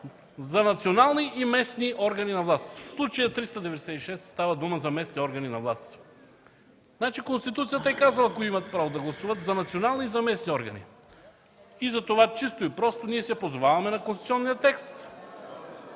за национални и местни органи на власт. В случая в чл. 396 става дума за местни органи на власт. Конституцията е казала кои имат право да гласуват за национални и за местни органи. Затова, чисто и просто, ние се позоваваме на конституционния текст